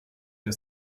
der